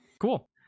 cool